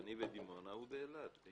אני בדימונה והוא באילת.